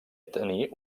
tenir